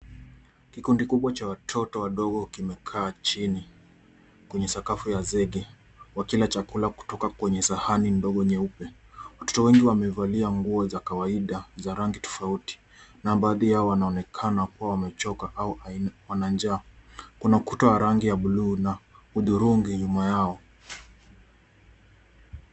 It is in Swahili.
Kikundi kikubwa cha watoto wadogo kimekaa chini kwenye sakafu ya zege wakila chakula kutoka kwenye sahani ndogo nyeupe. Watoto wengi wamevalia nguo za kawaida za rangi tofauti na baadhi yao wanaonekana kuwa wamechoka au wana njaa. Kuna ukuta wa rangi ya bluu na hudhurungi nyuma yao.